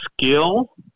skill